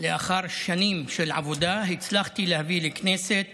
לאחר שנים של עבודה, הצלחתי להביא לכנסת